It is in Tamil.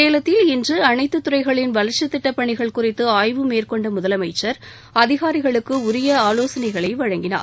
சேலத்தில் இன்று அளைத்துத்துறைகளின் வளர்ச்சித் திட்டப்பணிகள் குறித்து ஆய்வு மேற்கொண்ட முதலமைச்சர் அதிகாரிகளுக்கு உரிய ஆலோசனைகளை வழங்கினார்